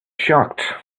shocked